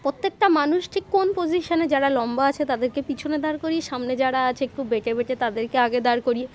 প্রত্যেকটা মানুষ ঠিক কোন পজিশনে যারা লম্বা আছে তাদেরকে পিছনে দাঁড় করিয়ে সামনে যারা আছে একটু বেঁটে বেঁটে তাদেরকে আগে দাঁড় করিয়ে